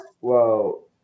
Whoa